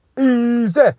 Easy